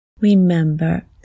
Remember